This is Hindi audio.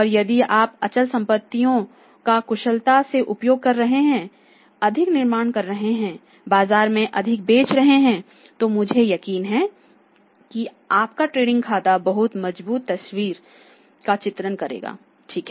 और यदि आप अपनी अचल संपत्तियों का कुशलता से उपयोग कर रहे हैं अधिक निर्माण कर रहे हैं बाजार में अधिक बेच रहे हैं तो मुझे यकीन है कि आपका ट्रेडिंग खाता बहुत मजबूत तस्वीर का चित्रण करेगा ठीक है